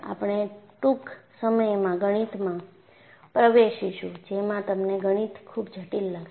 આપણે ટૂંક સમયમાં ગણિતમાં પ્રવેશીશું જેમાં તમને ગણિત ખૂબ જટિલ લાગશે